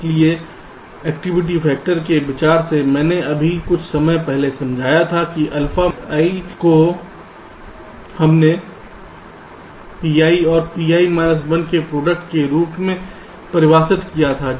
इसलिए activity factor के विचार से मैंने अभी कुछ समय पहले समझाया था alpha i को हमने Pi और Pi माइनस 1 के प्रोडक्ट के रूप में परिभाषित किया था